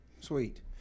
Sweet